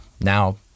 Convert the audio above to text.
now